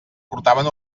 portaven